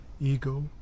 ego